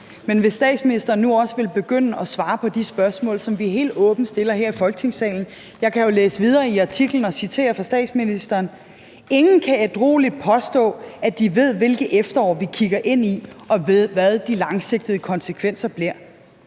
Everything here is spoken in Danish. Men gid statsministeren nu også ville begynde at svare på de spørgsmål, som vi helt åbent stiller her i Folketingssalen. Jeg kan jo læse videre i artiklen og citere statsministeren: »... selv om ingen ædrueligt kan påstå, at de ved, hvilket efterår vi kigger ind i, og hvad de langsigtede konsekvenser bliver.«